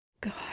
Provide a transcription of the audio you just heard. God